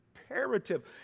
imperative